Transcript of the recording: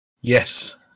Yes